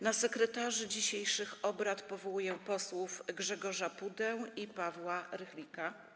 Na sekretarzy dzisiejszych obrad powołuję posłów Grzegorza Pudę i Pawła Rychlika.